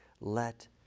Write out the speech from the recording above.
let